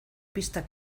pistak